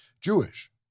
Jewish